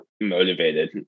motivated